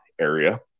area